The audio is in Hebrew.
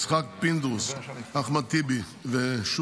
יצחק פינדרוס, אחמד טיבי ושוסטר,